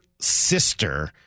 sister